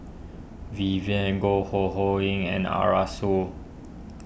Vivien Goh Ho Ho Ying and Arasu